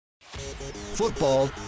Football